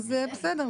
בסדר,